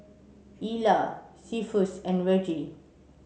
Ila Cephus and Reggie